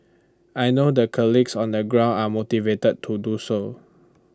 I know the colleagues on the ground are motivated to do so